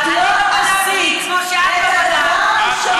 את הרי יודעת שהם לא פליטים.